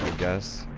guess.